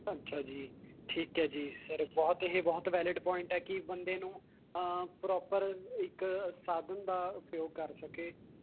ਅੱਛਾ ਜੀ ਠੀਕ ਹੈ ਜੀ ਸਰ ਬਹੁਤ ਇਹ ਬਹੁਤ ਵੈਲਿਡ ਪੁਆਇੰਟ ਹੈ ਕੀ ਬੰਦੇ ਨੂੰ ਪਰੋਪਰ ਇੱਕ ਸਾਧਨ ਦਾ ਉਪਯੋਗ ਕਰ ਸਕੇ